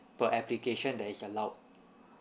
per application that is allowed